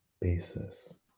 basis